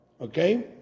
Okay